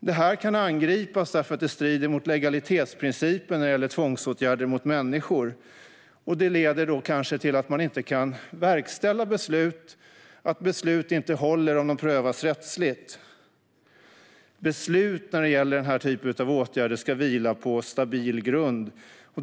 Detta kan angripas eftersom det strider mot legalitetsprincipen när det gäller tvångsåtgärder mot människor, vilket kanske leder till att man inte kan verkställa beslut eller till att beslut inte håller om de prövas rättsligt. Beslut när det gäller denna typ av åtgärder ska vila på en stabil grund.